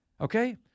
Okay